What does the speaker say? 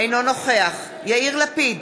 אינו נוכח יאיר לפיד,